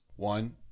One